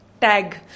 tag